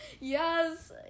yes